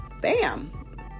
bam